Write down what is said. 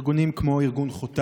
ארגונים כמו חותם,